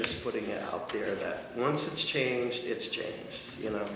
i'm putting it out there that once it's changed it's changed you know